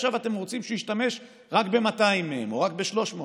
עכשיו אתם רוצים שישתמש רק ב-200 מהם או רק ב-300 מהם?